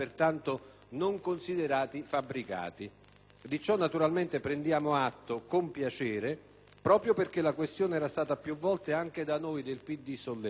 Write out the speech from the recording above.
non considerati fabbricati. Di ciò naturalmente prendiamo atto con piacere proprio perché la questione era sta più volte anche da noi del PD sollevata.